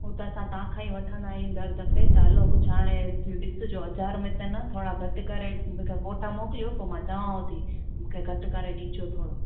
हो त असां तव्हांखां ई वठंदा आहियूं हर दफ़े त हलो कुझु हाणे ॾिसजो हज़ार में त न थोरा घटि करे फ़ोटा मोकिलियो पोइ मां चवाव थी मूंखे घटि करे ॾिजो थोरो